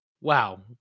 Wow